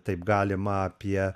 taip galima apie